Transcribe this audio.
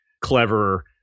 clever